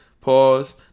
Pause